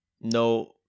no